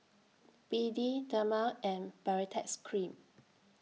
B D Dermale and Baritex Cream